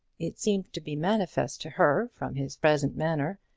it seemed to be manifest to her, from his present manner,